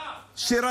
שרף, שרף.